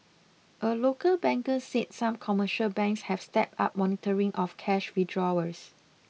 a local banker said some commercial banks have stepped up monitoring of cash withdrawals